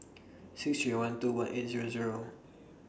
six three one two one eight Zero Zero